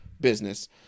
business